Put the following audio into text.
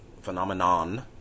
phenomenon